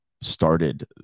started